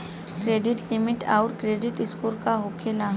Credit limit आउर credit score का होखेला?